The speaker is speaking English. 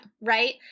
right